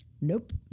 nope